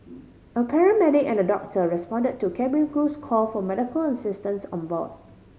a paramedic and a doctor respond to cabin crew's call for medical assistance on board